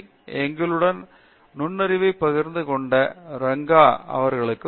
எங்களுடன் நுண்ணறிவை பகிர்ந்து கொண்ட ரங்கா அவர்களுக்கு நன்றி